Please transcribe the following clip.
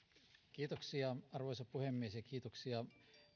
arvoisa puhemies kiitoksia